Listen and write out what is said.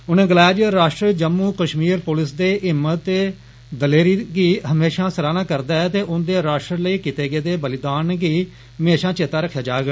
उनें गलाया जे राश्ट्र जम्मू कष्मीर पुलस दी हिम्मत दलेरी दी म्हेषा सराहना करदा ऐ ते उंदे राश्ट्र लेई कीते दे बलिदानें गी म्हेषा चेता रक्खेआ जाग